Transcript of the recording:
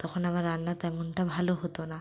তখন আমার রান্না তেমনটা ভালো হতো না